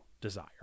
desire